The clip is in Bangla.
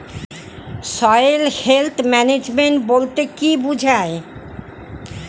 সয়েল হেলথ ম্যানেজমেন্ট বলতে কি বুঝায়?